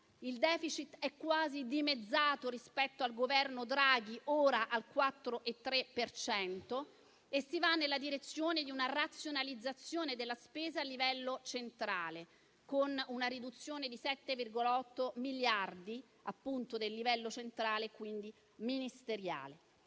il *deficit* è quasi dimezzato rispetto al Governo Draghi, ora al 4,3 per cento, e si va nella direzione di una razionalizzazione della spesa a livello centrale, con una riduzione di 7,8 miliardi del livello ministeriale.